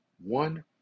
One